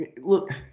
look